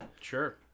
Sure